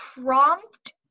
prompt